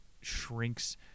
shrinks